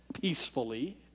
peacefully